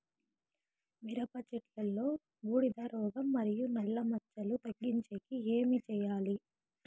మిరప చెట్టులో బూడిద రోగం మరియు నల్ల మచ్చలు తగ్గించేకి ఏమి చేయాలి?